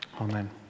Amen